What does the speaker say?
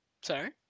Sorry